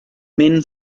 men